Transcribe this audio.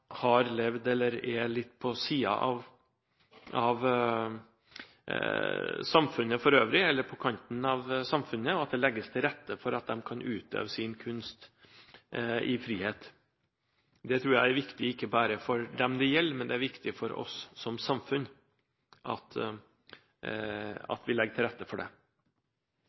har levd litt på kanten av samfunnet, og at det legges til rette for at de kan utøve sin kunst i frihet. Det tror jeg er viktig ikke bare for dem det gjelder, men det er viktig for oss som samfunn at vi legger til rette for det.